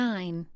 Nine